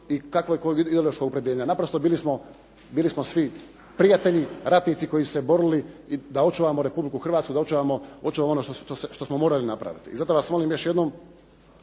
… /Govornik se ne razumije./ …. Naprosto bili smo svi prijatelji, ratnici koji su se borili da očuvamo Republiku Hrvatsku i da očuvamo ono što smo morali napraviti. I zato vas molim još jednom